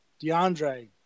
DeAndre